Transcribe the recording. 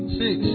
six